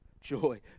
joy